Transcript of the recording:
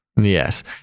Yes